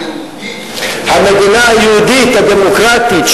המדינה היהודית הדמוקרטית.